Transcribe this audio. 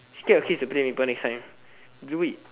it's still okay to play maple next time do it